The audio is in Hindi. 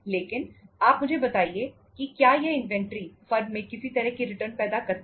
लेकिन आप मुझे बताइए कि क्या यह इन्वेंटरी फर्म में किसी तरह की रिटर्न पैदा करती हैं